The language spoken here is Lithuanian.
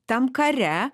tam kare